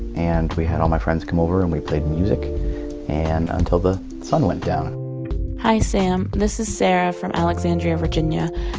and we had all my friends come over. and we played music and until the sun went down hi, sam. this is sarah from alexandria, va. and yeah